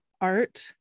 art